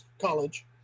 college